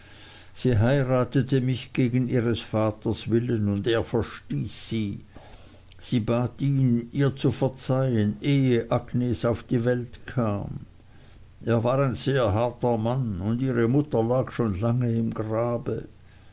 sie heiratete mich gegen ihres vaters willen und er verstieß sie sie bat ihn ihr zu verzeihen ehe agnes auf die welt kam er war ein sehr harter mann und ihre mutter lag schon lange im grabe